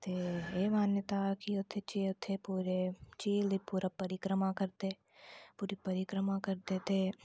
ते एह् मान्यता के उत्थै पूरे झील दी पूरी परिक्रमा करदे पूरी परिक्रमा करदे ते